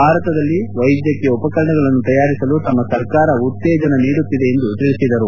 ಭಾರತದಲ್ಲಿ ವೈದ್ಯಕೀಯ ಉಪಕರಣಗಳನ್ನು ತಯಾರಿಸಲು ನಮ್ಮ ಸರ್ಕಾರ ಉತ್ತೇಜನ ನೀಡುತ್ತಿದೆ ಎಂದು ಹೇಳಿದರು